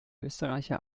österreicher